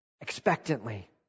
expectantly